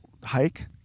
Hike